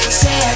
say